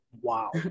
Wow